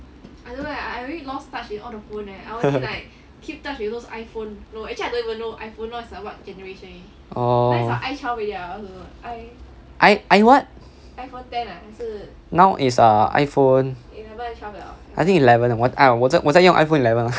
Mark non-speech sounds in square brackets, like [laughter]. [laughs] oh I I what now is err iphone I think eleven liao ah 我在我在用 iphone eleven mah